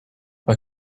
pas